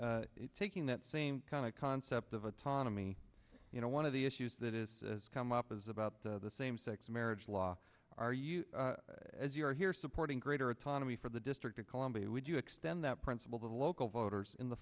quickly taking that same kind of concept of autonomy you know one of the issues that is come up is about the same sex marriage law are you as you are here supporting greater autonomy for the district of columbia would you extend that principle to the local voters in the